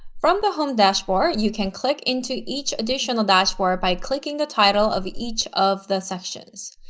from the home dashboard you can click into each additional dashboard by clicking the title of each of the sections.